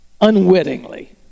unwittingly